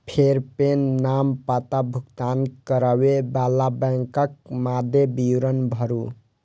फेर पेन, नाम, पता, भुगतान करै बला बैंकक मादे विवरण भरू